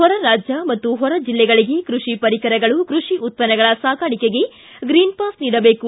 ಹೊರ ರಾಜ್ಯ ಮತ್ತು ಹೊರ ಜಿಲ್ಲೆಗಳಿಗೆ ಕೃಷಿ ಪರಿಕರಗಳು ಕೃಷಿ ಉತ್ಪನ್ನಗಳ ಸಾಗಾಣಿಕೆಗೆ ಗ್ರೀನ್ ಪಾಸ್ ನೀಡಬೇಕು